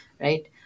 right